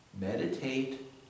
meditate